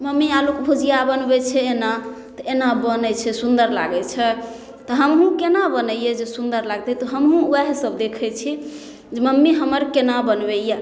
mummy आलूके भुजिआ बनबै एना तऽ एना बनै छै सुन्दर लागै छै तऽ हमहुँ केना बनैयै जे सुन्दर लागतै तऽ हमहुँ वएह सब देखै छी जे मम्मी हमर केना बनबैया